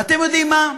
ואתם יודעים מה?